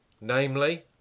namely